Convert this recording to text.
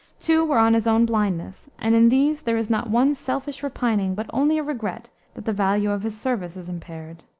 two were on his own blindness, and in these there is not one selfish repining, but only a regret that the value of his service is impaired